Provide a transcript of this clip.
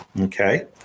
okay